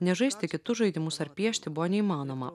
nes žaisti kitus žaidimus ar piešti buvo neįmanoma